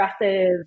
aggressive